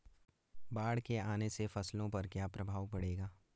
बाढ़ के आने से फसलों पर क्या प्रभाव पड़ेगा?